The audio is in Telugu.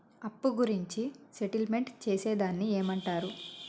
అప్పు గురించి సెటిల్మెంట్ చేసేదాన్ని ఏమంటరు?